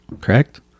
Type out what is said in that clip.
correct